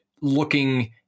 looking